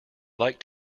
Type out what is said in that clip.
like